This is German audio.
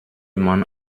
man